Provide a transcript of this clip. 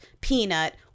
peanut